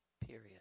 period